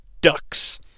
Ducks